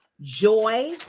joy